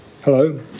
Hello